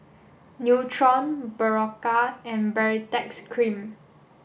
Nutren Berocca and Baritex Cream